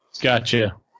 Gotcha